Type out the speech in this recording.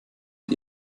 mit